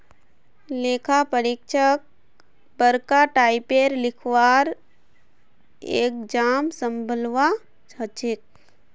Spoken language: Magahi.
लेखा परीक्षकक बरका टाइपेर लिखवार एग्जाम संभलवा हछेक